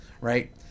right